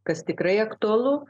kas tikrai aktualu